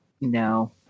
no